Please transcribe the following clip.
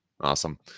Awesome